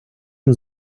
він